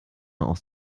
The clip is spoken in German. aus